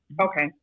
Okay